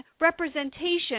representation